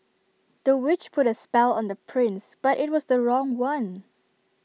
the witch put A spell on the prince but IT was the wrong one